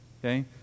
Okay